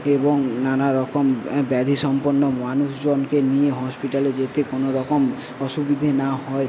এবং নানা রকম ব্যাধি সম্পন্ন মানুষজনকে নিয়ে হসপিটালে যেতে কোনো রকম অসুবিধে না হয়